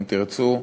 אם תרצו,